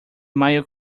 mayo